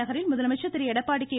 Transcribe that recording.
நகரில் முதலமைச்சர் திரு எடப்பாடி கே